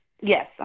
Yes